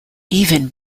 even